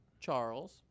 Charles